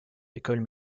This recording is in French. écoles